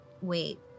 wait